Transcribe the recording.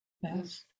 Yes